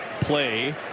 play